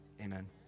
Amen